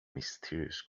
mysterious